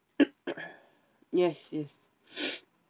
yes yes